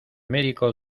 médico